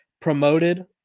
promoted